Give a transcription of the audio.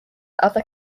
other